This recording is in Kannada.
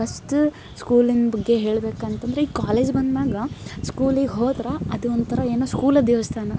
ಫಸ್ಟ್ ಸ್ಕೂಲಿನ ಬಗ್ಗೆ ಹೇಳ್ಬೇಕು ಅಂತ ಅಂದ್ರೆ ಕಾಲೇಜ್ ಬಂದ ಮ್ಯಾಗ ಸ್ಕೂಲಿಗೆ ಹೋದ್ರೆ ಅದು ಒಂಥರ ಏನು ಸ್ಕೂಲೆ ದೇವಸ್ಥಾನ